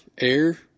Air